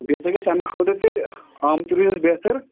بیٚیہِ ہسا گژھِ اَمہِ خٲطرٕ تیٚلہِ اَم تہِ روزٮ۪س بہتر